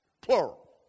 plural